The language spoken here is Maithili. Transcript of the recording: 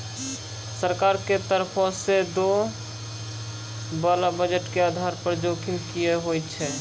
सरकार के तरफो से दै बाला बजट के आधार जोखिम कि होय छै?